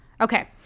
Okay